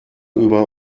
über